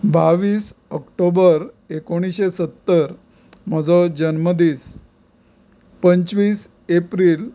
बावीस ऑक्टोबर एकुणशें सत्तर म्हजो जन्मदीस पंचवीस एप्रील